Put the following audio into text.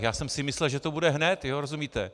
Já jsem si myslel, že to bude hned, rozumíte.